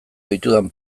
ditudan